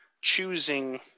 choosing